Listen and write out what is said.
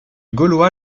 gaulois